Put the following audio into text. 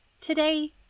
Today